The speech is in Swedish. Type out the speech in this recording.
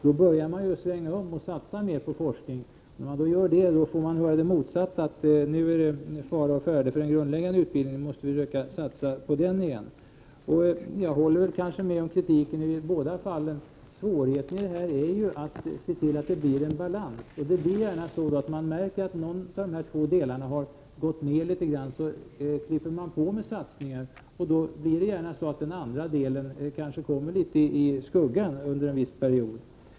Då började man lägga om inriktningen och satsade mer på forskningen. Men när så sker möter man kritik i motsatt riktning: Nu är det fara å färde för den grundläggande utbildningen, och nu måste vi försöka satsa på den igen. Jag har kanske kunnat instämma i kritiken i båda fallen. Svårigheten är att se till att det blir en balans. Det blir gärna så att man klipper till med satsningar när någon av dessa två delar har gått ned litet grand. Den andra delen hamnar då under en viss period i skuggan.